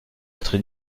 lettre